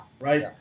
right